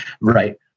right